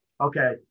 Okay